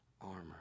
armor